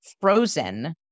frozen